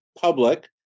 public